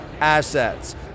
assets